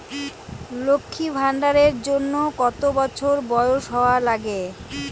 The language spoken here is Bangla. লক্ষী ভান্ডার এর জন্যে কতো বছর বয়স হওয়া লাগে?